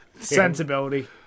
Sensibility